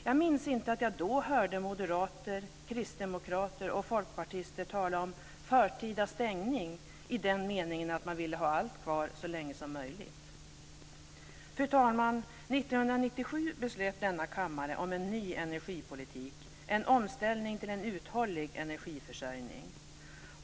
Jag minns inte att jag då hörde moderater, kristdemokrater och folkpartister tala om "förtida stängning" i den meningen att man ville ha allt kvar så länge som möjligt. Fru talman! 1997 beslöt denna kammare om en ny energipolitik - en omställning till en uthållig energiförsörjning.